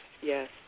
Yes